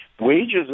Wages